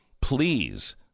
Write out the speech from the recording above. Please